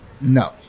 No